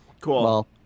Cool